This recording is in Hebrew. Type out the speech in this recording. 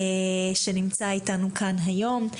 שנמצא אתנו כאן היום.